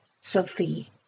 Sophie